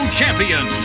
champion